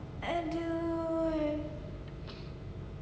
!aduh!